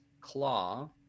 claw